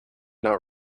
not